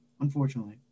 unfortunately